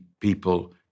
people